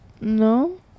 No